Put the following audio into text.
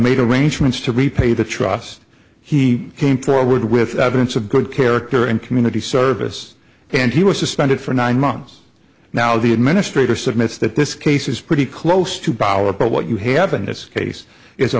arrangements to repay the trust he came forward with evidence of good character and community service and he was suspended for nine months now the administrator submits that this case is pretty close to power but what you have in this case is a